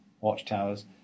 watchtowers